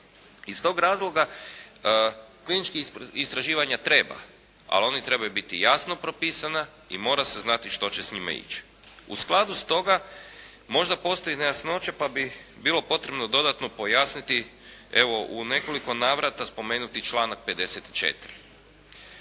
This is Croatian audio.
Iz tog razloga kliničkih istraživanja treba, ali oni trebaju biti jasno propisana i mora se znati što će s njima ići. U skladu toga možda postoji nejasnoća pa bi bilo potrebno dodatno pojasniti evo u nekoliko navrata spomenuti članak 54.